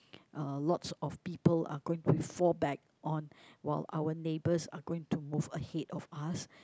uh lots of people are going to fall back on while our neighbours are going to move ahead of us